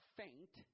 faint